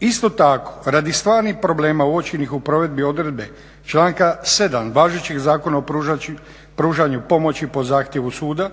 Isto tako radi stvarnih problema uočenih u provedbi odredbe članka 7.važećeg Zakona o pružanju pomoći po zahtjevu suda